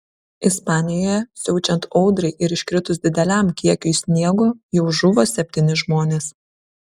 ispanijoje siaučiant audrai ir iškritus dideliam kiekiui sniego jau žuvo septyni žmonės